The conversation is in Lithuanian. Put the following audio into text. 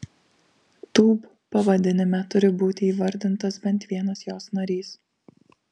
tūb pavadinime turi būti įvardintas bent vienas jos narys